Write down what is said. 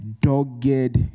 Dogged